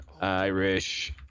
irish